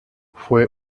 fue